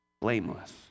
blameless